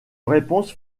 réponse